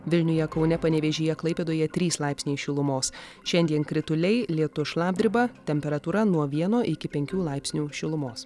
vilniuje kaune panevėžyje klaipėdoje trys laipsniai šilumos šiandien krituliai lietus šlapdriba temperatūra nuo vieno iki penkių laipsnių šilumos